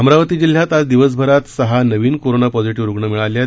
अमरावती जिल्ह्यात आज दिवसभरात सहा नवीन कोरोना पॉझिटिव्ह रुग्ण मिळाले आहे